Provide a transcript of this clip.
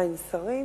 אין שרים.